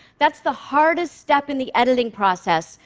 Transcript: that's the hardest step in the editing process,